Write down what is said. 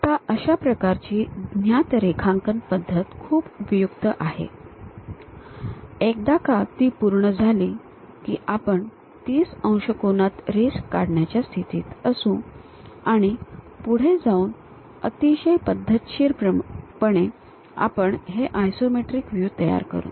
आता अशा प्रकारची ज्ञात रेखांकन पद्धत खूप उपयुक्त आहे एकदा का ती पूर्ण झाली की आपण 30 अंश कोनात रेष काढण्याच्या स्थितीत असू आणि पुढे जाऊन अतिशय पद्धतशीरपणे आपण हे आयसोमेट्रिक व्ह्यू तयार करू